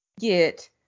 get